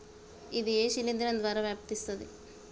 ఇది ఏ శిలింద్రం ద్వారా వ్యాపిస్తది?